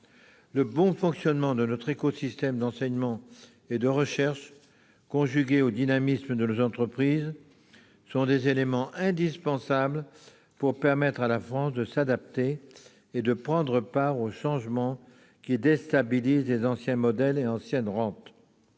Le bon fonctionnement de notre écosystème d'enseignement et de recherche, conjugué au dynamisme de nos entreprises, est un élément indispensable pour permettre à la France de s'adapter et de prendre part aux changements qui déstabilisent les anciens modèles et anciennes rentes.